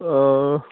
অঁ